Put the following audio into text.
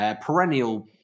Perennial